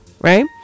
right